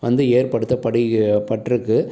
வந்து ஏற்படுத்தப்படுகி பட்டிருக்கு